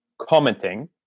commenting